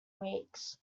weeks